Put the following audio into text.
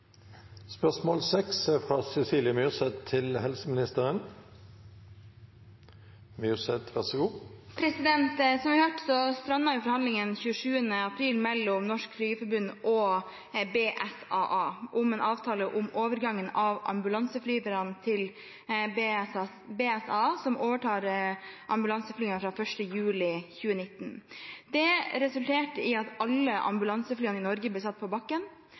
til statsråden er følgende: «Fredag 27. april strandet forhandlingene mellom Norsk Flygerforbund og Babcock Scandinavian AirAmbulance, BSAA, om en avtale om overgang av ambulanseflyvere til BSAA, som overtar ambulanseflyvningen fra 1. juli 2019. Dette resulterte i at alle ambulanseflyene i Norge ble satt på bakken.